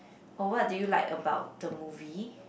oh what do you like about the movie